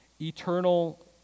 eternal